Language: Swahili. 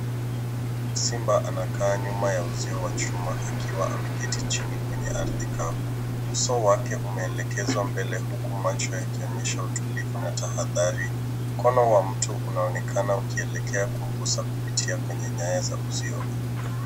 Simba anakaa nyuma ya uzio wa chuma, akiwa ameketi chini kwenye ardhi kavu. Uso wake umeelekezwa mbele huku macho yakionyesha utulivu na tahadhari. Mkono wa mtu unaonekana ukielekea kumgusa kupitia kwenye nyaya za uzio.